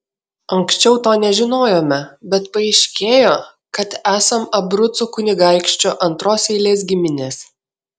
anksčiau to nežinojome bet paaiškėjo kad esam abrucų kunigaikščio antros eilės giminės